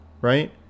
right